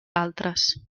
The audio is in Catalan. altres